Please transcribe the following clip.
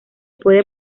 puede